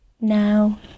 now